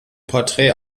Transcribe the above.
porträt